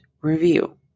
review